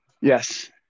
Yes